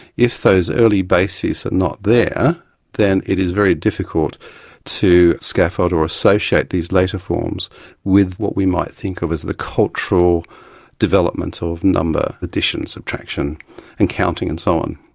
if those early bases are not there then it is very difficult to scaffold or associate these later forms with what we might think of as the cultural development of number addition, subtraction and counting and so on.